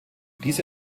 diese